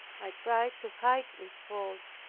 i tried to hide this fault,